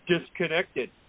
disconnected